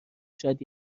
شاید